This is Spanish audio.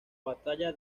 batalla